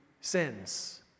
sins